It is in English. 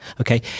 Okay